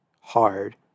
hard